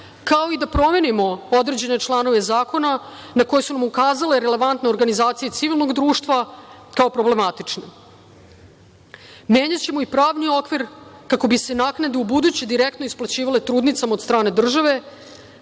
kao i da promenimo određene članove zakona na koje su nam ukazale relevantne organizacije civilnog društva kao problematične. Menjaćemo i pravni okvir kako bi se naknade ubuduće direktno isplaćivale trudnicama od strane države,